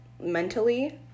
mentally